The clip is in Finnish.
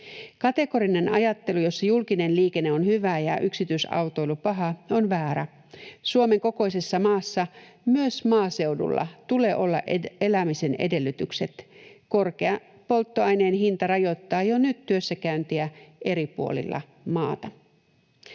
Kategorinen ajattelu, jossa julkinen liikenne on hyvä ja yksityisautoilu paha, on väärä. Suomen kokoisessa maassa myös maaseudulla tulee olla elämisen edellytykset. Korkea polttoaineen hinta rajoittaa jo nyt työssäkäyntiä eri puolilla maata.